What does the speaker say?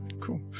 cool